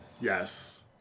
Yes